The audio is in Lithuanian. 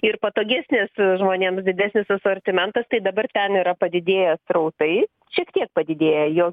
ir patogesnės žmonėms didesnis asortimentas tai dabar ten yra padidėję srautai šiek tiek padidėję jo